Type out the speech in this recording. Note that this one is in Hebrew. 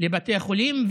לבתי החולים.